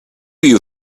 you